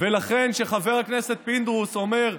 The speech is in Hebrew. ולכן כשחבר הכנסת פינדרוס אומר: